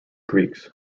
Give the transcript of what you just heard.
greeks